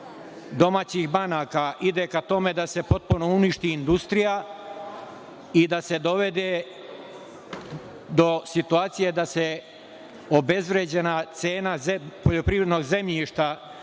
domaćih banaka ide ka tome da se potpuno uništi industrija i da se dovede do situacije da se obezvređena cena poljoprivrednog zemljišta